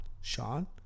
Sean